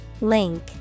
Link